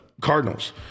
Cardinals